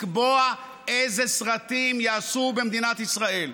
לקבוע איזה סרטים ייעשו במדינת ישראל.